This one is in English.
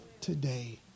today